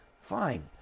fine